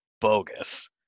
bogus